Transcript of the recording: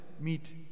meet